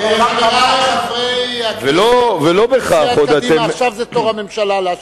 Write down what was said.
סיעת קדימה, עכשיו זה תור הממשלה להשיב.